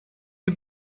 you